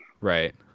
Right